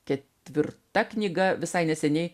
ketvirta knyga visai neseniai